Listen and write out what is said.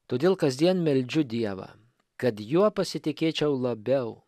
todėl kasdien meldžiu dievą kad juo pasitikėčiau labiau